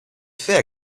fait